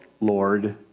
Lord